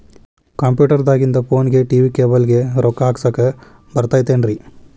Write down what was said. Computer ದಾಗಿಂದ್ ಫೋನ್ಗೆ, TV cable ಗೆ, ರೊಕ್ಕಾ ಹಾಕಸಾಕ್ ಬರತೈತೇನ್ರೇ?